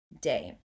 day